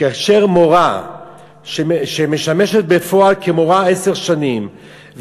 כאשר מורה שמשמשת בפועל מורה עשר שנים,